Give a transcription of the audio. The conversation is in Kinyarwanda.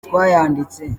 twayanditse